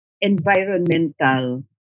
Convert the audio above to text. environmental